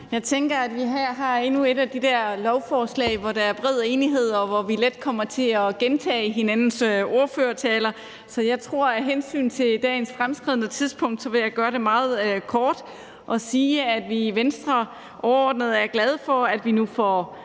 Jeg tænker, at vi her har endnu et af de der lovforslag, hvor der er bred enighed, og hvor vi let kommer til at gentage hinandens ordførertaler. Så jeg tror, at jeg – af hensyn til dagens fremskredne tidspunkt – vil gøre det meget kort og sige, at vi i Venstre overordnet er glade for, at vi nu får